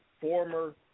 former